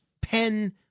pen